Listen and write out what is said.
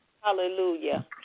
Hallelujah